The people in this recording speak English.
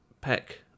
peck